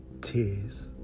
tears